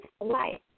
life